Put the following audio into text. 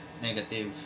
Negative